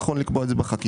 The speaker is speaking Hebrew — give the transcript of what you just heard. נכון לקבוע את זה בחקיקה.